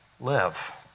live